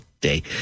day